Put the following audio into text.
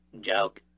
joke